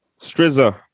Strizza